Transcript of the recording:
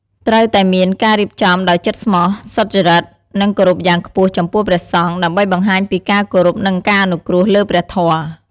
ត្រូវតែមានការរៀបចំដោយចិត្តស្មោះ សុចរិត និងគោរពយ៉ាងខ្ពស់ចំពោះព្រះសង្ឃ ដើម្បីបង្ហាញពីការគោរព និងការអនុគ្រោះលើព្រះធម៌។